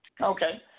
Okay